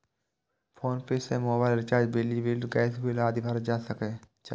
PhonePe सं mobile recharge, बिजली bill, gas bill आदि भरल जा सकै छै